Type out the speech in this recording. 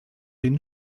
den